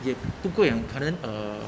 也不贵很可能 uh